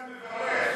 אתה מברך.